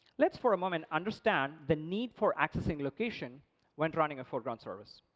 let's for a moment understand the need for accessing location when running a foreground service.